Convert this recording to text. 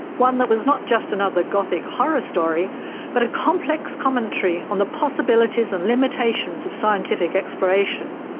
one that was not just another gothic horror story but a complex commentary on the possibilities and limitations of scientific exploration?